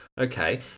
okay